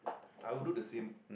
I would do the same